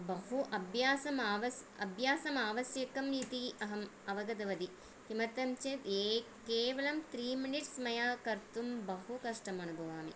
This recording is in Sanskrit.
बहु अभ्यासम आभ्यास् अभ्यासम् आवश्यकम् इति अहम् अवगतवति किमर्थम् इति चेत् ए केवलं त्रि मिनिट्स् मया कर्तुं बहु कष्टम् अनुभवामि